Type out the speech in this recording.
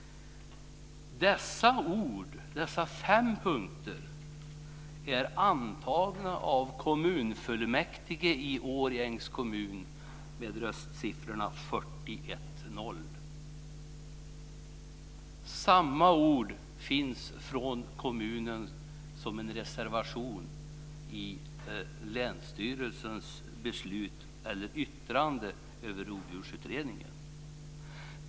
Samma ord finns från kommunen som en reservation i länsstyrelsens yttrande över Rovdjursutredningen.